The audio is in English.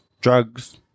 drugs